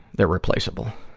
they're replaceable.